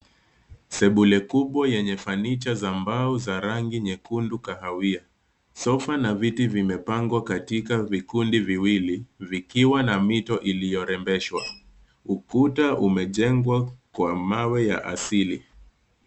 Sebule kubwa yenye fanicha za mbao za rangi nyekundu kahawia. Sofa na viti vimepangwa katika vikundi viwili vikiwa na mito iliyorembeshwa. Ukuta umejengwa kwa mawe ya asili.